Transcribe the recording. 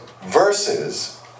versus